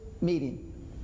meeting